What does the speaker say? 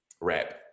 rap